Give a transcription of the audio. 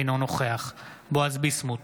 אינו נוכח בועז ביסמוט,